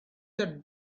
that